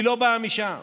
לא באה משם.